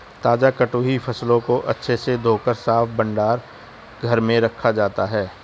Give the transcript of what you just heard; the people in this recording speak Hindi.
ताजा कटी हुई फसलों को अच्छे से धोकर साफ भंडार घर में रखा जाता है